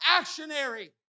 actionary